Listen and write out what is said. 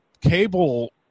cable